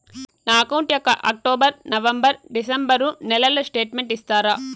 నా అకౌంట్ యొక్క October, November, December నెలల స్టేట్మెంట్ ఇస్తారా?